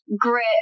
grit